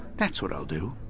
that's what i'll do!